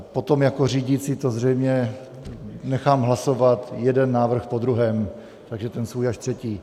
Potom jako řídící to zřejmě nechám hlasovat jeden návrh po druhém, takže ten svůj až třetí.